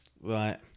right